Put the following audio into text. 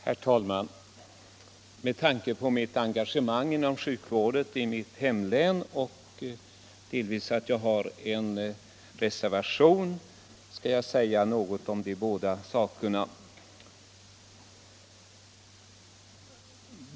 Herr talman! Med tanke på mitt engagemang inom sjukvården i mitt hemlän och då jag avgivit en reservation skall jag säga några ord i detta ärende.